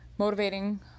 motivating